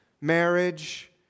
marriage